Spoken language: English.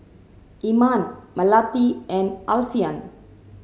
Iman Melati and Alfian